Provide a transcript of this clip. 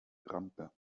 rampe